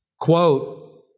quote